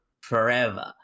forever